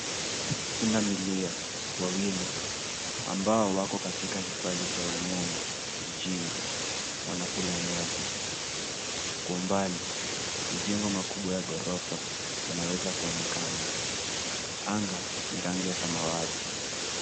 Pundamilia wawili ambao wako katika hifadhi cha wanyama mjini wanakula nyasi. Kwa mbali mijengo makubwa la ghorofa yanaweza kuonekana. Anga ni ya rangi ya samawati.